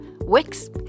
Wix